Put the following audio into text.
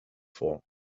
for